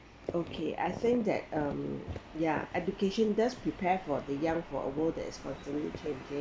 okay I think that um ya education does prepare for the young for a world that is continue changing